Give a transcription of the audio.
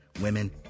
women